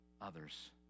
others